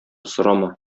сорама